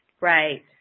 Right